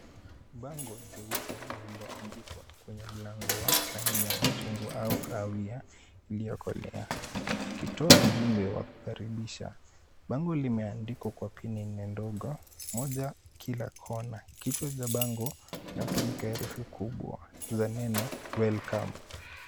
Bango jeupe lililoandikwa kwenye mlango wa rangi ya machungwa au kahawia iliyokolea, ikitoa ujumbe wa kukaribisha, bango limeandikwa kwa pini nne ndogo, moja kila kona, kichwa cha bango inatumika herufi kubwa za neno welcome .